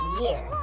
year